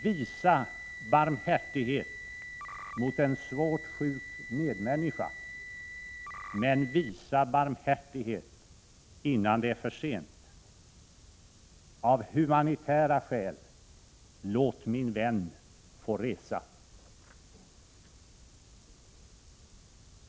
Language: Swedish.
Visa barmhärtighet mot en svårt sjuk medmänniska, men visa barmhärtighet innan det är för sent! Av humanitära skäl, låt min vän få resa!